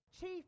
chief